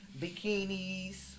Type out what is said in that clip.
bikinis